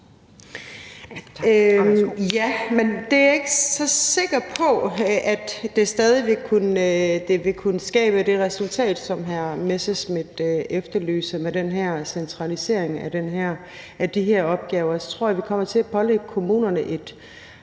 Jeg er ikke så sikker på, at det stadig vil kunne skabe det resultat, som hr. Morten Messerschmidt efterlyser med den her centralisering af de her opgaver. For så tror jeg, vi kommer til at pålægge kommunerne en